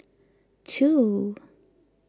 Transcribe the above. two